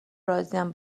راضیم